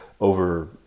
over